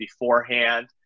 beforehand